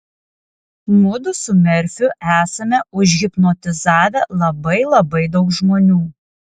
mudu su merfiu esame užhipnotizavę labai labai daug žmonių